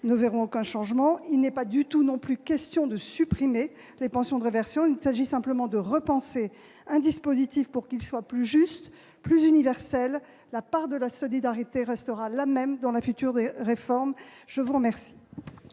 ne verront aucun changement. Il n'est pas du tout non plus question de supprimer les pensions de réversion. Il s'agit simplement de repenser un dispositif pour qu'il soit plus juste, plus universel. La part de la solidarité restera la même dans la future réforme. La parole